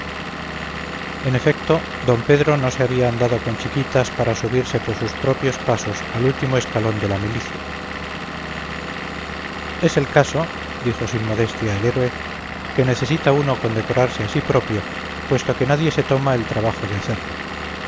en efecto d pedro no se había andado con chiquitas para subirse por sus propios pasos al último escalón de la milicia es el caso dijo sin modestia el héroe que necesita uno condecorarse a sí propio puesto que nadie se toma el trabajo de hacerlo